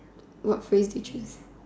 what phrase is it